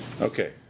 Okay